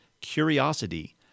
curiosity